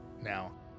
Now